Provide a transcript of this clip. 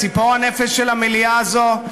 ציפור הנפש של המליאה הזאת,